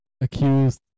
accused